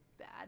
bad